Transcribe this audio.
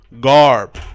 Garb